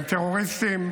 הם טרוריסטים,